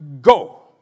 go